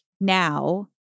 now